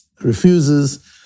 refuses